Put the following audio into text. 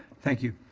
thank you.